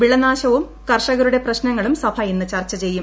വിളനാശവും കർഷകരുടെ പ്രശ്നങ്ങളും സഭ ഇന്ന് ചിർച്ച് ചെയ്യും